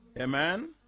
Amen